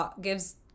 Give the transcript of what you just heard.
gives